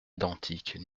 identiques